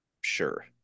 Sure